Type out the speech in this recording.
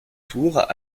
tours